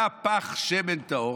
היה פך שמן טהור,